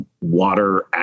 water